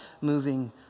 moving